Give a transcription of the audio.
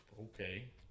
okay